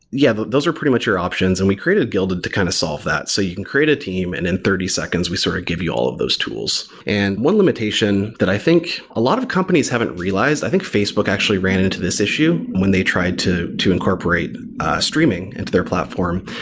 yeah, but those are pretty much our options, and we created guilded to kind of solve that. so you can create a team and in thirty seconds we sort of give you all those tools. and one limitation that i think a lot of companies haven't realized, i think facebook actually ran into this issue when they tried to to incorporate streaming into their platform,